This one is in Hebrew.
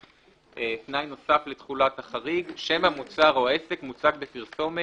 (ב) תנאי נוסף לתחולת החריג - שם המוצר או העסק מוצג בפרסומת